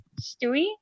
Stewie